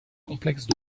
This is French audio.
complexe